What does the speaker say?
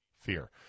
fear